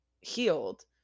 healed